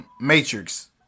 matrix